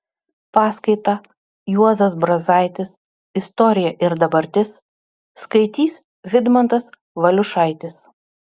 paskaitą juozas brazaitis istorija ir dabartis skaitys vidmantas valiušaitis